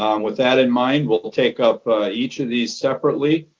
um with that in mind, we'll we'll take up each of these separately.